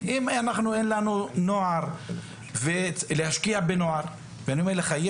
אם אין לנו קבוצות נוער והשקעה בנוער יש